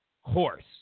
horse